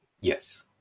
Yes